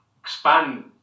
expand